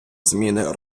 зміни